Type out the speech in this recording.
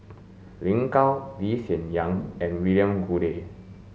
Lin Gao Lee Hsien Yang and William Goode